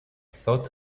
thought